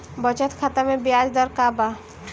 बचत खाता मे ब्याज दर का बा?